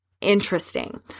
interesting